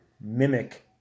mimic